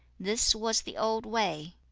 this was the old way